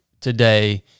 today